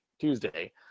tuesday